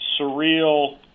surreal